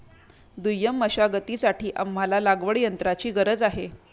दुय्यम मशागतीसाठी आम्हाला लागवडयंत्राची गरज आहे